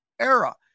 era